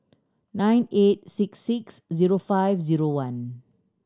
nine eight six six zero five zero one